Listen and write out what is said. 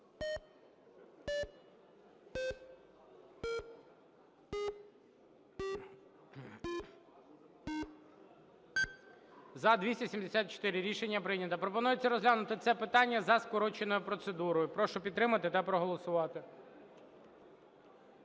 За-274 Рішення прийнято. Пропонується розглянути це питання за скороченою процедурою. Прошу підтримати та проголосувати.